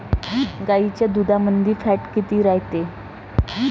गाईच्या दुधामंदी फॅट किती रायते?